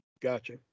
Gotcha